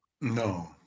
No